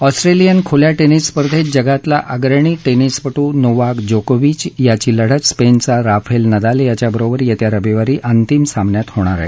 Australian खुल्या tennis स्पर्धेत जगातला अग्रणी टेनिसपटू नोवाक जोकोविच याची लढत स्पेनचा राफेल नदाल याच्याबरोबर येत्या रविवारी अंतिम सामन्यात होणार आहे